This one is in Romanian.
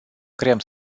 creăm